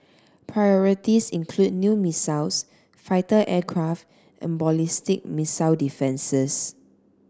priorities include new missiles fighter aircraft and ballistic missile defences